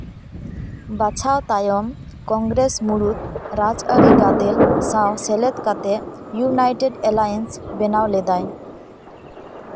ᱵᱟᱪᱷᱟᱣ ᱛᱟᱭᱚᱢ ᱠᱚᱝᱜᱨᱮᱥ ᱢᱩᱬᱩᱛ ᱨᱟᱡᱽᱼᱟᱹᱨᱤ ᱜᱟᱫᱮᱞ ᱥᱟᱶ ᱥᱮᱞᱮᱫ ᱠᱟᱛᱮ ᱤᱭᱩᱱᱟᱭᱴᱮᱴ ᱮᱞᱟᱭᱮᱱᱥ ᱵᱮᱱᱟᱣ ᱞᱮᱫᱟᱭ